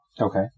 Okay